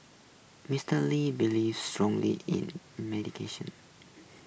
Mister lee believed strongly in medication